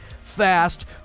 fast